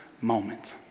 moment